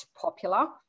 popular